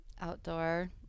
outdoor